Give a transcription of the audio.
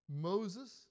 Moses